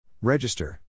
Register